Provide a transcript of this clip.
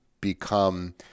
become